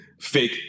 fake